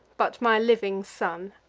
but my living son.